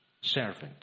servant